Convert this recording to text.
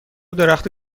درخت